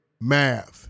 math